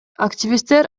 активисттер